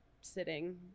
sitting